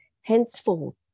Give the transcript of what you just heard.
Henceforth